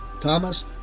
Thomas